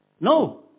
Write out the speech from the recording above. No